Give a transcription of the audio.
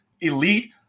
elite